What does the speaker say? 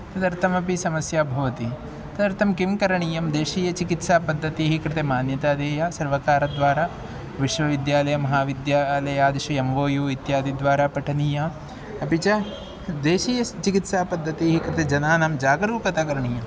तदर्थमपि समस्या भवति तदर्थं किं करणीयं देशीयचिकित्सापद्धतिः कृते मान्यता देया सर्वकारद्वारा विश्वविद्यालयमहाविद्यालयादिषि एम् ओ यू इत्यादिद्वारा पठनीया अपि च देशीयस् चिकित्सापद्दतीः कृते जनानां जागरूकता करणीया